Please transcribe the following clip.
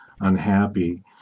unhappy